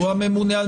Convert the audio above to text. הוא הממונה.